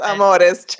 Amores